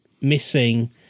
missing